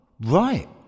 right